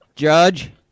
Judge